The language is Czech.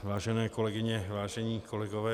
Vážené kolegyně, vážení kolegové.